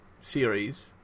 series